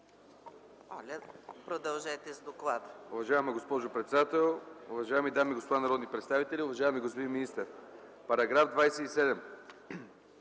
продължете с доклада,